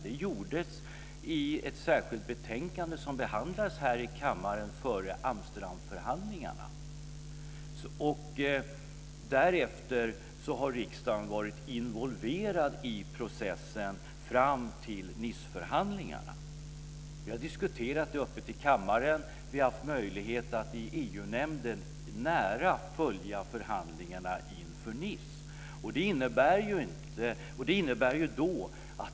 Det gjordes i ett särskilt betänkande, som behandlades här i kammaren före Amsterdamförhandlingarna. Därefter har riksdagen varit involverad i processen fram till Niceförhandlingarna. Vi har diskuterat den öppet i kammaren, och vi har haft möjlighet att i EU-nämnden nära följa förhandlingarna inför Nicemötet.